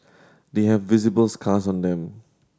they have visible scars on them